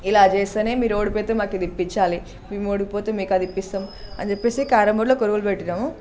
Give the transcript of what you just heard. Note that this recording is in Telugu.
ఇలా చేస్తే మీరు ఓడిపోతే మాకు ఇది ఇప్పించాలి మేము ఓడిపోతే మీకు అది ఇప్పిస్తాం అని చెప్పి క్యారమ్ బోర్డులో ఒక రూల్ పెట్టినాం